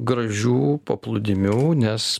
gražių paplūdimių nes